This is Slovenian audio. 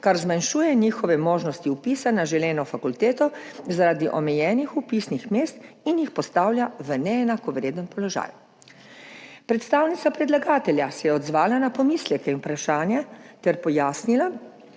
kar zmanjšuje njihove možnosti vpisa na želeno fakulteto zaradi omejenih vpisnih mest in jih postavlja v neenakovreden položaj. Predstavnica predlagatelja se je odzvala na pomisleke in vprašanja ter pojasnila,